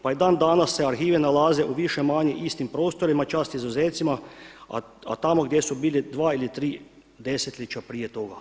Pa i dan danas se arhivi nalaze u više-manje istim prostorima, čast izuzecima a tamo gdje su bili dva ili tri desetljeća prije toga.